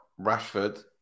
Rashford